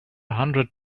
hundred